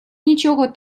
нічого